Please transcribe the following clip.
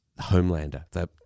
Homelander